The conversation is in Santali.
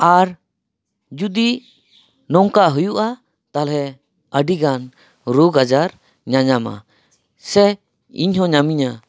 ᱟᱨ ᱡᱩᱫᱤ ᱱᱚᱝᱠᱟ ᱦᱩᱭᱩᱜᱼᱟ ᱛᱟᱦᱚᱞᱮ ᱟᱹᱰᱤ ᱜᱟᱱ ᱨᱳᱜᱽ ᱟᱡᱟᱨ ᱧᱟᱧᱟᱢᱟ ᱥᱮ ᱤᱧ ᱦᱚᱸ ᱧᱟᱢᱮᱧᱟᱹ